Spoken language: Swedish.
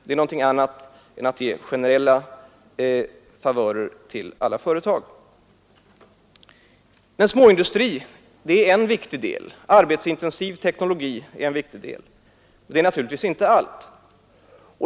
Det är någonting annat än att ge generella favörer till alla företag. Småindustri är en viktig del, arbetsintensiv teknologi är en annan viktig del, men det är naturligtvis inte allt.